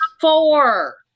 four